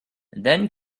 then